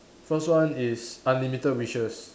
first one is unlimited wishes